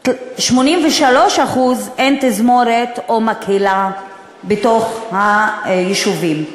ב-83% אין תזמורת או מקהלה בתוך היישובים.